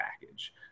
Package